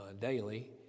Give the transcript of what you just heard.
daily